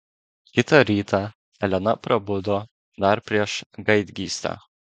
kitą rytą elena prabudo dar prieš gaidgystę